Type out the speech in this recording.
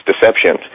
deception